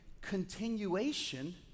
continuation